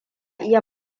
iya